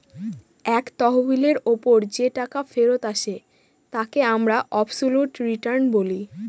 এক তহবিলের ওপর যে টাকা ফেরত আসে তাকে আমরা অবসোলুট রিটার্ন বলি